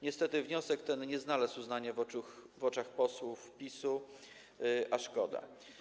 Niestety wniosek ten nie znalazł uznania w oczach posłów PiS-u, a szkoda.